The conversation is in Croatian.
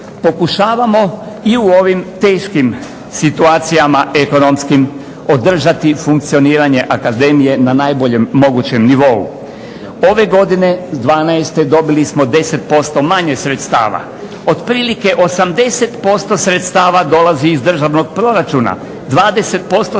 Pokušavamo i u ovim teškim situacijama ekonomskim održati funkcioniranje akademije na najboljem mogućem nivou. Ove godine 2012.dobili smo 10% manje sredstava. Otprilike 80% sredstava dolazi iz državnog proračuna, 20% sredstava